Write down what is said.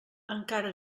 encara